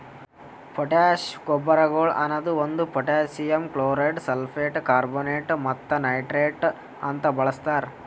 potash ಗೊಬ್ಬರಗೊಳ್ ಅನದು ಒಂದು ಪೊಟ್ಯಾಸಿಯಮ್ ಕ್ಲೋರೈಡ್, ಸಲ್ಫೇಟ್, ಕಾರ್ಬೋನೇಟ್ ಮತ್ತ ನೈಟ್ರೇಟ್ ಅಂತ ಬಳಸ್ತಾರ್